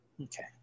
Okay